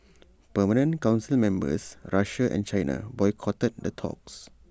permanent Council members Russia and China boycotted the talks